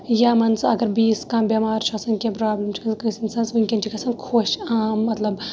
یا مان ژٕ اَگَر بیٚیِس کانٛہہ بیٚمار چھُ آسان کینٛہہ پرابلِم چھِ گَژھان کٲنٛسہِ اِنسانَس وٕنکٮ۪ن چھِ گَژھان خۄش مَطلَب